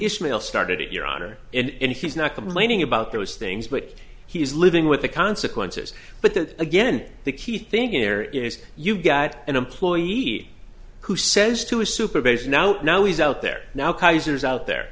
ishmael started it your honor and he's not complaining about those things but he is living with the consequences but that again the key thing here is you've got an employee who says to his super base now now he's out there now kaiser is out there